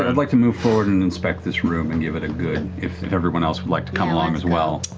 and like to move forward and inspect this room and give it a good, if everyone else would like to come along as well.